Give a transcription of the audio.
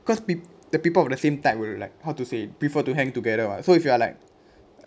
because peo~ the people of the same type were like how to say prefer to hang together [what] so if you are like